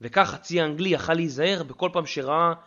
וכך הצי האנגלי יכל להיזהר בכל פעם שראה